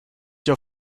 your